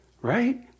Right